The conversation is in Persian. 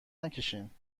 نکشین